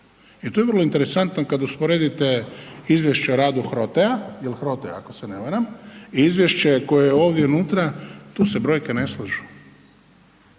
I tu je vrlo interesantno kad usporedite izvješća rada HROTE-a, je li HROTE, ako se ne varam i izvješće koje je ovdje unutra, tu se brojke ne slažu.